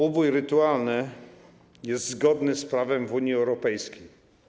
Ubój rytualny jest zgodny z prawem w Unii Europejskiej.